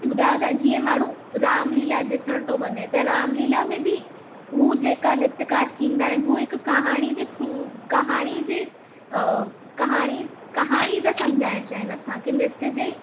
ॿुधायां त जीअं माण्हू रामलीला ॾिसण थो वञे त रामलीला में बि उ जेका नृत्यकार थींदा आहिनि हू हिक कहाणी जे थ्रू कहाणी जे अ कहाणीस कहाणी था समुझाइणु चाहिनि असांखे नृत्य जे